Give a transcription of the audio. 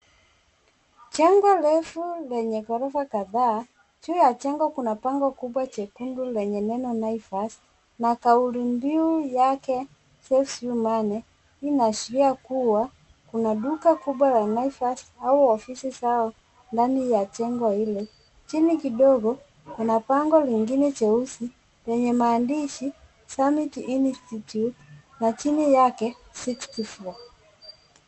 Jengo refu lenye ghorofa kadhaa. Juu ya jengo kuna bango kubwa jekundu yenye neno Naivas. Makauli mbiu yake saves you money . Hii inaashiria kuwa kuna duka kubwa la Naivas au ofisi zao ndani ya jengo Ile. Chini kidogo, kuna bango lingine jeusi lenye maandishi summit institute na chini yake sixth floor .